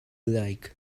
like